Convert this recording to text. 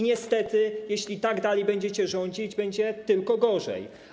Niestety jeśli tak dalej będziecie rządzić, będzie tylko gorzej.